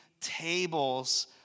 tables